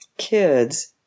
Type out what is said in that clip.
Kids